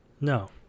No